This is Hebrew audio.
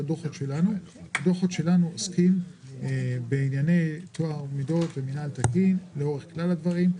הדוחות שלנו עוסקים בענייני טוהר מידות ומינהל תקין לאורך כלל הדברים.